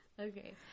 Okay